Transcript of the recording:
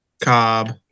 Cobb